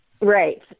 Right